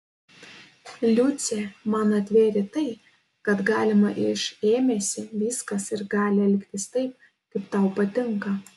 liucė man atvėrė tai kad galima iš ėmėsi viskas ir gali elgtis taip kaip tau patinka